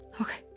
Okay